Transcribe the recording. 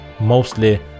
mostly